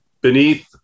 beneath